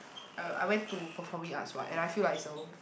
I I went to performing arts what and I feel like so